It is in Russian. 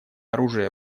оружия